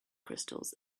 crystals